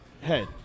head